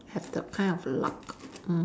have the kind of luck mm